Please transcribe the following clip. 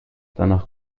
danach